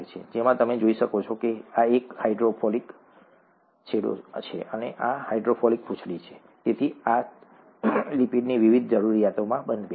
જેમ તમે જોઈ શકો છો કે આ એક હાઇડ્રોફિલિક છેડો છે અને આ હાઇડ્રોફોબિક પૂંછડી છે તેથી આ લિપિડની વિવિધ જરૂરિયાતોમાં બંધબેસે છે